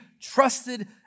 trusted